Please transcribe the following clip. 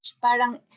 Parang